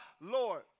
Lord